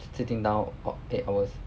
sitting down for eight hours